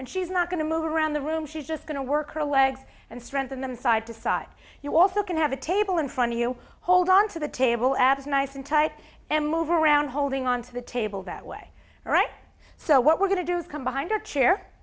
and she's not going to move around the room she's just going to work her legs and strengthen them side to side you also can have a table in front of you hold onto the table abs nice and tight and move around holding onto the table that way all right so what we're going to do is come behind her chair